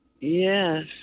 Yes